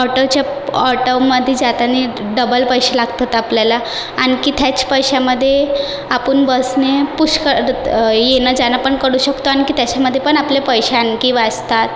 ऑटोचे ऑटोमध्ये जातानी डबल पैसे लागतात आपल्याला आनखी त्याच पैशामध्ये आपण बसने पुष्कळ येणं जाणंपण करू शकतो आणखी त्याच्यामध्येपण आपले पैसे आणखी वाचतात